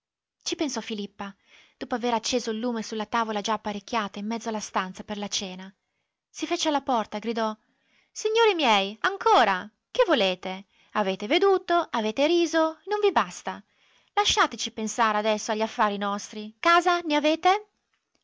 ci pensò filippa dopo avere acceso il lume sulla tavola già apparecchiata in mezzo alla stanza per la cena si fece alla porta gridò signori miei ancora che volete avete veduto avete riso non vi basta lasciateci pensare adesso agli affari nostri casa ne avete